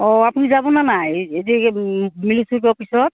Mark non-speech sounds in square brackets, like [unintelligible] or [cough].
অঁ আপুনি যাব নে নাই এই যে [unintelligible] অফিছত